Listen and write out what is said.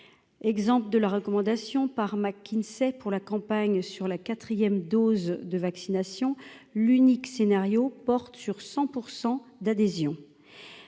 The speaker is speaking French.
exemple de la recommandation par McKinsey pour la campagne sur la quatrième dose de vaccination, l'unique scénario porte sur 100 pour 100 d'adhésion,